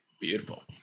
Beautiful